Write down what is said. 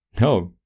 No